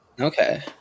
Okay